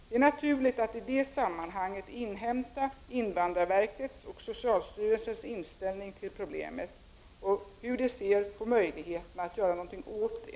Det är naturligt att i det sammanhanget inhämta invandrarverkets och socialstyrelsens inställning till problemet och hur de ser på möjligheterna att göra något åt det.